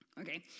Okay